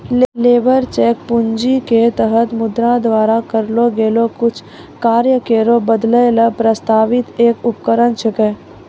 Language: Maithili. लेबर चेक पूंजीवाद क तहत मुद्रा द्वारा करलो गेलो कुछ कार्य केरो बदलै ल प्रस्तावित एक उपकरण छिकै